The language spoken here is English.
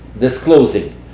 disclosing